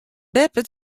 beppe